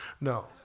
No